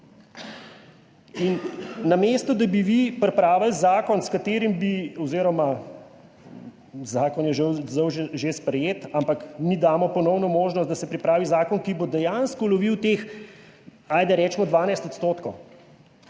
In namesto da bi vi pripravili zakon, s katerim bi oziroma zakon je že sprejet, ampak mi damo ponovno možnost, da se pripravi zakon, ki bo dejansko lovil teh, ajde, recimo 12 %